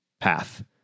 path